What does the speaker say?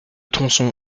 tronçon